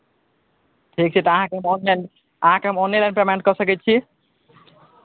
ठीक छै तऽ अहाँकेँ हम ऑनलाइन अहाँकेँ हम ऑनेलाइन पेमेंट कऽ सकै छी